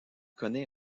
connaît